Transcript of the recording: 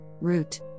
root